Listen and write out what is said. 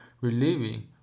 relieving